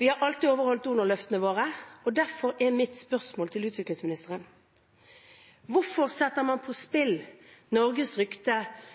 Vi har alltid overholdt donorløftene våre, og derfor er mitt spørsmål til utviklingsministeren: Hvorfor setter man på spill Norges rykte